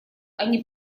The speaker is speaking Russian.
они